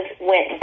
went